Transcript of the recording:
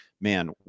man